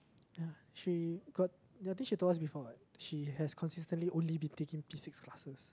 ya three got I think she told us before what she has consistently only been taking P-six classes